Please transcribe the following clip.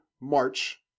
March